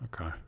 okay